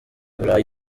burayi